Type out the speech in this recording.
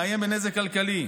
נאיים בנזק כלכלי.